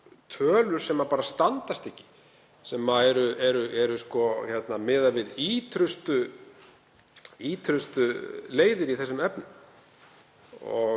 tölur sem standast ekki, sem eru miðað við ýtrustu leiðir í þessum efnum? Ég